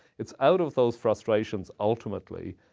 it's out of those frustrations, ultimately,